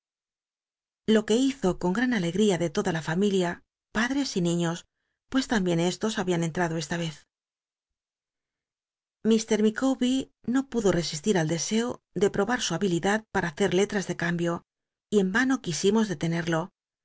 o que hizo con gtan alegría de toda la familia padres y niños pues tambien cst os habían cnt rado esta vez omr micuwbe no pudo rcsist ir al deseo de p bar su habilidad para hacer letras de cambio y en vano quisimos detenerlo